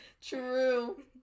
True